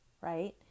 right